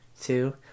Two